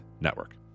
Network